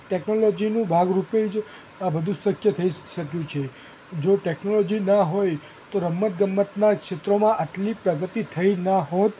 ટૅકનોલોજીનું ભાગરૂપે જ આ બધું શકય થઈ શક્યું છે જો ટૅકનોલોજી ન હોય તો રમત ગમતનાં ક્ષેત્રોમાં આટલી પ્રગતિ થઈ જ ના હોત